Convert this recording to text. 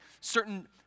certain